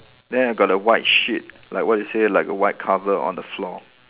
then I got the white sheet like what you say like a white cover on the floor